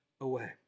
away